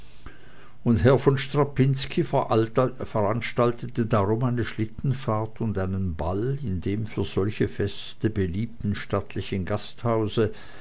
und herr von strapinski veranstaltete darum eine schlittenfahrt und einen ball in dem für solche feste beliebten stattlichen gasthause